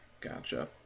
gotcha